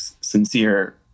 sincere